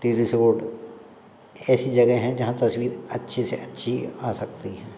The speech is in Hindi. टी रिसोर्ट ऐसी जगहें हैं जहाँ तस्वीर अच्छी से अच्छी आ सकती हैं